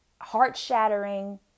heart-shattering